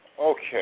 Okay